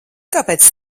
kāpēc